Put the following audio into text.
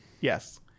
Yes